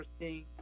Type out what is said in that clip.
interesting